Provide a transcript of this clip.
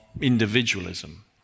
individualism